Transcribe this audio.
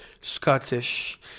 Scottish